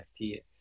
NFT